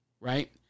right